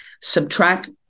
subtract